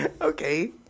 Okay